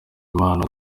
imana